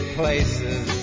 places